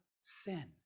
sin